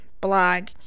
blog